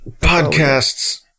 podcasts